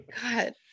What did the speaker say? God